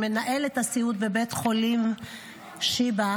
היא מנהלת הסיעוד בבית החולים שיבא,